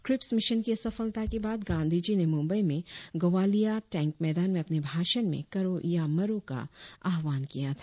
Cripps mission की असफलता के बाद गांधी जी ने मुंबई मे गोवालिया टैंक मैदान में अपने भाषण में करो या मरो का आह्वान किया था